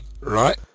right